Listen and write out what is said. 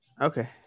Okay